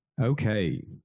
Okay